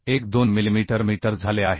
12 millimetre metre झाले आहे